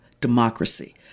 democracy